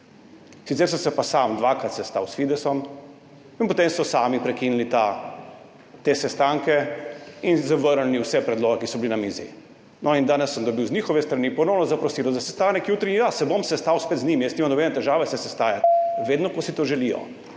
Sicer sem se pa sam dvakrat sestal s Fidesom in potem so sami prekinili te sestanke in zavrnili vse predloge, ki so bili na mizi. No in danes sem dobil z njihove strani ponovno zaprosilo za sestanek jutri – in ja, se bom sestal spet z njimi, jaz nimam nobene težave se sestajati, vedno ko si to želijo,